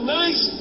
nice